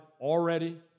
already